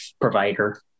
provider